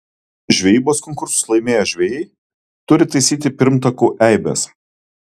žvejybos konkursus laimėję žvejai turi taisyti pirmtakų eibes